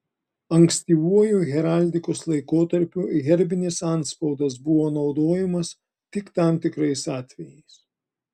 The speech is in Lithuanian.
ankstyvuoju heraldikos laikotarpiu herbinis antspaudas buvo naudojimas tik tam tikrais atvejais